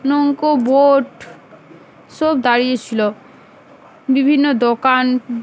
নৌকো বোট সব দাঁড়িয়েছিলো বিভিন্ন দোকান